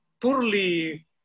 poorly